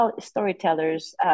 storytellers